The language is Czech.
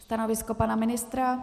Stanovisko pana ministra?